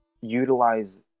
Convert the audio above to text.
utilize